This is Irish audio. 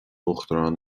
uachtaráin